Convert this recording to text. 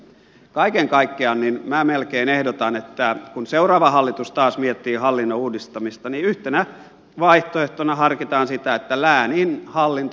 kaiken kaikkiaan minä melkein ehdotan että kun seuraava hallitus taas miettii hallinnon uudistamista niin yhtenä vaihtoehtona harkitaan sitä että lääninhallinto palautetaan